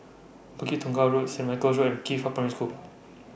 Bukit Tunggal Road Saint Michael's Road Qifa Primary School